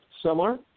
similar